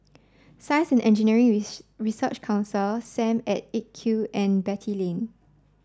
Science and Engineering Research Council Sam at eight Q and Beatty Lane